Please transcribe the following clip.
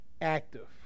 active